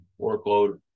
workload